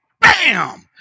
bam